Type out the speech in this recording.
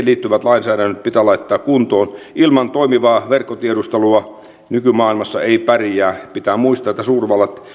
liittyvät lainsäädännöt pitää laittaa kuntoon ilman toimivaa verkkotiedustelua nykymaailmassa ei pärjää pitää muistaa että suurvallat